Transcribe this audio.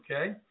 Okay